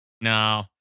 no